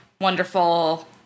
wonderful